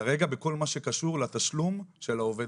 כרגע בכל מה שקשור לתשלום של העובד